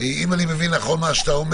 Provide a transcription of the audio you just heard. אם אני מבין נכון את דבריך,